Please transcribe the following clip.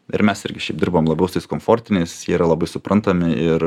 ir mes irgi šiaip dirbam labiau su tais komfortiniais jie yra labai suprantami ir